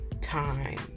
time